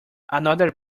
another